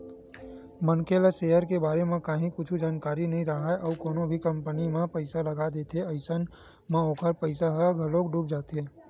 मनखे ला सेयर के बारे म काहि कुछु जानकारी नइ राहय अउ कोनो भी कंपनी म पइसा लगा देथे अइसन म ओखर पइसा ह घलोक डूब जाथे